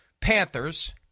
Panthers